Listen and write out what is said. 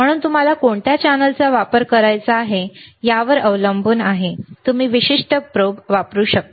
म्हणून तुम्हाला कोणत्या चॅनेलचा वापर करायचा आहे यावर अवलंबून तुम्ही विशिष्ट प्रोब वापरू शकता